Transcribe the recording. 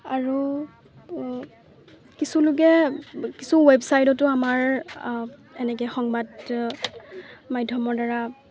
আৰু কিছুুলোকে কিছু ৱেবছাইটতো আমাৰ এনেকৈ সংবাদ মাধ্যমৰ দ্বাৰা